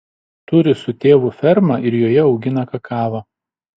turi su tėvu fermą ir joje augina kakavą